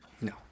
No